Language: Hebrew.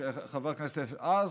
חבר הכנסת אז,